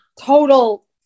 total